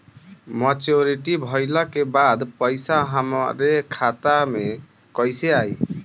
Maturity भईला के बाद पईसा हमरे खाता में कइसे आई?